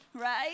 Right